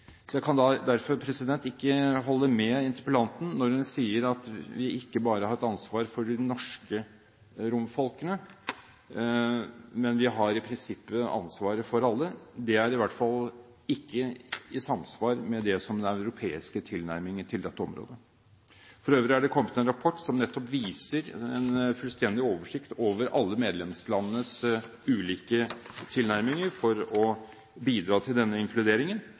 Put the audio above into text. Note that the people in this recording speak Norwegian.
Jeg kan derfor ikke holde med interpellanten når hun sier at vi ikke bare har et ansvar for de norske romfolkene, men at vi i prinsippet har ansvar for alle. Det er i hvert fall ikke i samsvar med den europeiske tilnærmingen til dette området. For øvrig er det kommet en rapport som nettopp gir en fullstendig oversikt over alle medlemslandenes ulike tilnærminger for å bidra til denne inkluderingen.